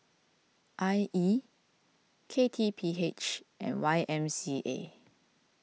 I E K T P H and Y M C A